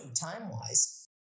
time-wise